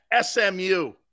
SMU